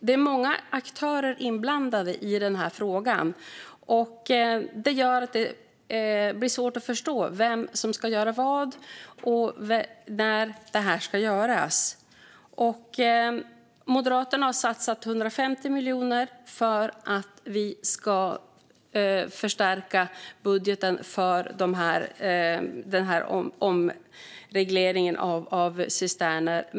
Det är många aktörer inblandade i denna fråga, och det gör att det blir svårt att förstå vem som ska göra vad och när det ska göras. Moderaterna har satsat 150 miljoner för att förstärka budgeten för omregleringen av cisterner.